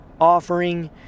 offering